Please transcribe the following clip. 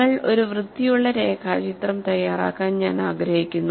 നിങ്ങൾ ഒരു വൃത്തിയുള്ള രേഖാചിത്രം തയ്യാറാക്കാൻ ഞാൻ ആഗ്രഹിക്കുന്നു